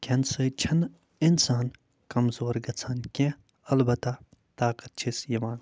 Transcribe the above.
کھٮ۪نہٕ سۭتۍ چھِنہٕ اِنسان کَمزور گژھان کیٚنہہ اَلبتہ طاقَت چھِس یِوان